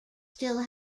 still